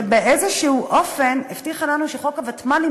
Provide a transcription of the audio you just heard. ובאיזשהו אופן הבטיחה לנו שחוק הוותמ"לים